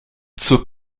zur